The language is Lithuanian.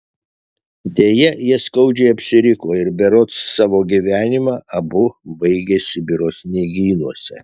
deja jie skaudžiai apsiriko ir berods savo gyvenimą abu baigė sibiro sniegynuose